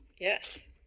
Yes